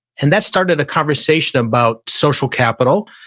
and that started a conversation about social capital.